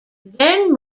then